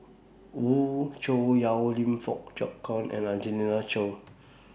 Wee Cho Yaw Lim Fong Jock David and Angelina Choy